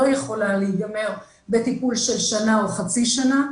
יכולה להיגמר בטיפול של שנה או חצי שנה.